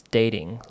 dating